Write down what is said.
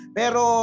pero